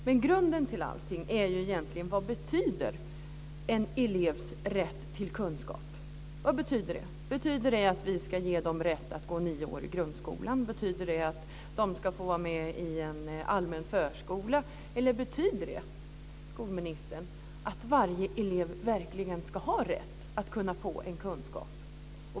Men grunden till allting är egentligen vad en elevs rätt till kunskap betyder. Vad betyder den? Betyder den att vi ska ge dem rätt att gå nio år i grundskolan? Betyder den att de ska få vara med i en allmän förskola? Eller betyder den, skolministern, att varje elev verkligen ska ha rätt att få kunskap?